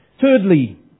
Thirdly